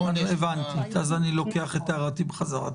הבנתי, אז אני לוקח את הערתי בחזרה.